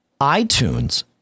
iTunes